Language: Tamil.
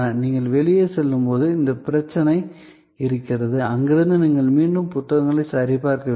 நீங்கள் வெளியே செல்லும்போது இந்தப் பிரச்சினை இருக்கிறது அங்கிருந்து நீங்கள் மீண்டும் புத்தகங்களைச் சரிபார்க்க வேண்டும்